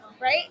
right